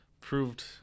proved